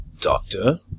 Doctor